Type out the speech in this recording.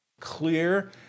clear